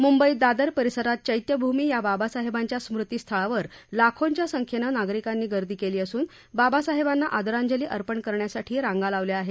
मुंबईत दादर परिसरात चैत्यभूमी या बाबासाहेबांच्या स्मृतिस्थळावर लाखोंच्या संख्येनं नागरिकांनी गर्दी केली असुन बाबासाहेबांना आदरांजली अर्पण करण्यासाठी रांगा लावल्या आहेत